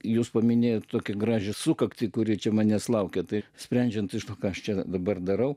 jūs paminėjote tokią gražią sukaktį kuri čia manęs laukia tai sprendžiant iš to kas čia dabar darau